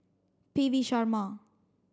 P V Sharma